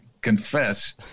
confess